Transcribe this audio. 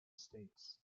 states